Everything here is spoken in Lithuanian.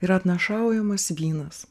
ir atnašaujamas vynas